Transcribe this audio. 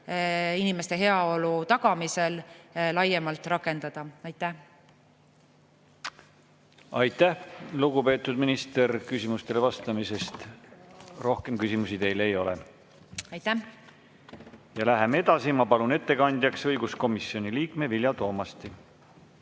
inimeste heaolu tagamisel, laiemalt rakendada. Aitäh, lugupeetud minister, küsimustele vastamise eest! Rohkem küsimusi teile ei ole. Aitäh! Läheme edasi. Ma palun ettekandjaks õiguskomisjoni liikme Vilja Toomasti.